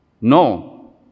No